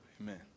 Amen